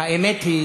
האמת היא